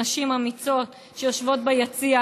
נשים אמיצות שיושבות ביציע,